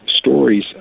stories